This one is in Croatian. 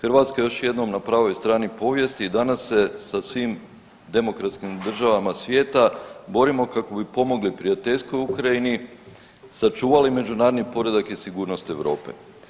Hrvatska je još jednom na pravoj strani povijesti i danas se sa svim demokratskim državama svijeta borimo kako bi pomogli prijateljskoj Ukrajini, sačuvali međunarodni poredak i sigurnost Europe.